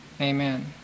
Amen